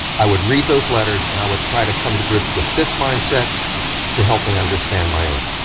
i would read those letters and i would try to come to grips with this mindset to help me understand my own,